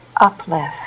uplift